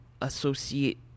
associate